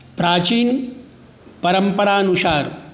प्राचीन परम्परानुसार